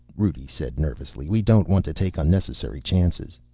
rudi said nervously. we don't want to take unnecessary chances.